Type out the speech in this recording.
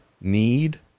need